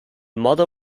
mother